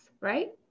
right